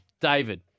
David